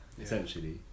essentially